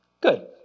Good